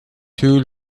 two